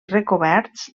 recoberts